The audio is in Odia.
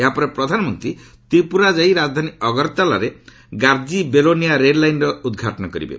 ଏହାପରେ ପ୍ରଧାନମନ୍ତ୍ରୀ ତ୍ରିପୁରା ଯାଇ ରାଜଧାନୀ ଅଗରତାଲାରେ ଗାର୍ଜି ବେଲୋନିଆ ରେଳ ଲାଇନ୍ର ଉଦ୍ଘାଟନ କରିବେ